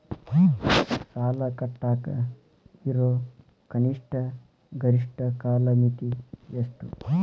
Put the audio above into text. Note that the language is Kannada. ಸಾಲ ಕಟ್ಟಾಕ ಇರೋ ಕನಿಷ್ಟ, ಗರಿಷ್ಠ ಕಾಲಮಿತಿ ಎಷ್ಟ್ರಿ?